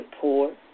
poor